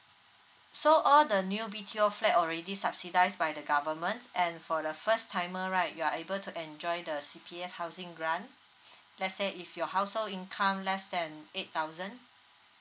so all the new B_T_O flat already subsidised by the government and for the first timer right you are able to enjoy the C_P_F housing grant let's say if your household income less than eight thousand